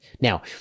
Now